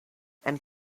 and